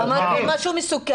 הוא אמר כאן משהו מסוכן,